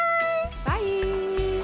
Bye